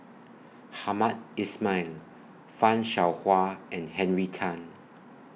Hamed Ismail fan Shao Hua and Henry Tan